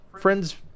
friends